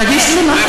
תגיש תלונה.